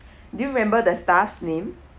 do you remember the staff's name